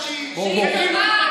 התחילו להיפתח.